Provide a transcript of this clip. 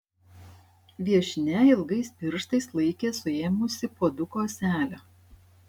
viešnia ilgais pirštais laikė suėmusi puoduko ąselę